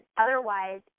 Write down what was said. otherwise